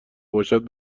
باشد